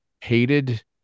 hated